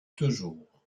toujours